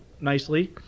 nicely